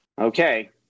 okay